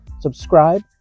subscribe